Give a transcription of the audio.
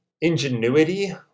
ingenuity